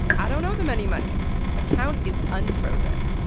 i don't owe them any money account is unfrozen.